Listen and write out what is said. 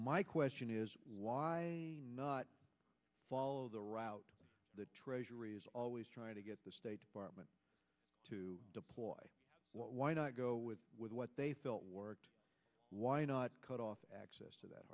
my question is why not follow the route the treasury is always trying to get the state department to deploy why not go with with what they felt worked why not cut off access to that